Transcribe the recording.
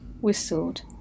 whistled